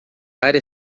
área